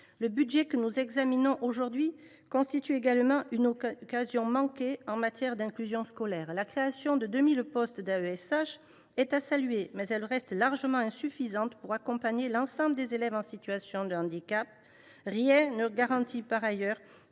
Le budget que nous examinons aujourd’hui constitue également une occasion manquée en matière d’inclusion scolaire. La création de 2 000 postes d’accompagnants d’élèves en situation de handicap (AESH) est à saluer, mais elle reste largement insuffisante pour accompagner l’ensemble des élèves en situation de handicap. Rien ne garantit par ailleurs